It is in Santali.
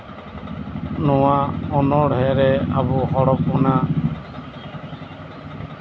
ᱱᱚᱣᱟ ᱚᱱᱚᱲᱦᱮᱸᱨᱮ ᱟᱵᱚ ᱦᱚᱲ ᱦᱚᱯᱚᱱᱟᱜ